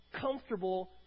comfortable